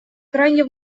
крайне